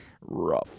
Rough